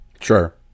Sure